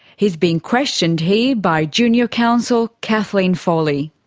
he's being questioned here by junior counsel, kathleen foley.